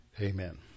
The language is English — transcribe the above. amen